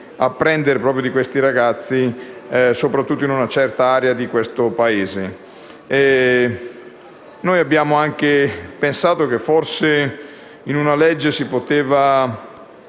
apprendere proprie di questi ragazzi, soprattutto in una certa area del nostro Paese. Abbiamo anche pensato che forse in una legge si poteva